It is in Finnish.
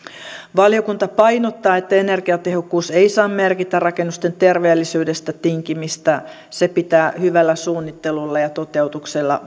valiokunta painottaa että energiatehokkuus ei saa merkitä rakennusten terveellisyydestä tinkimistä se pitää hyvällä suunnittelulla ja toteutuksella